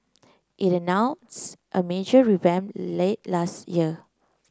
it announced a major revamp late last year